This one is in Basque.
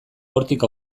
hortik